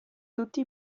tutti